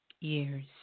years